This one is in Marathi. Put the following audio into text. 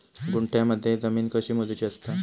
गुंठयामध्ये जमीन कशी मोजूची असता?